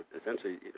essentially